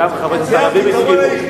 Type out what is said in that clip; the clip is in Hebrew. גם חברי הכנסת הערבים הסכימו.